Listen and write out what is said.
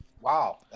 Wow